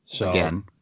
Again